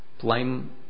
blame